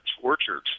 tortured